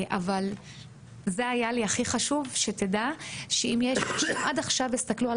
אבל זה היה לי הכי חשוב שתדעו שעד עכשיו הסתכלו על